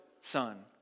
son